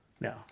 No